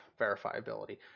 verifiability